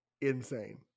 insane